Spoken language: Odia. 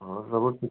ହଁ ସବୁ ଠିକ୍